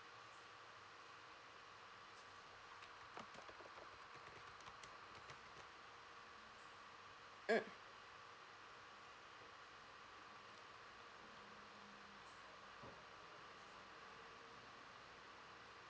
mm